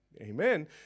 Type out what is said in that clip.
Amen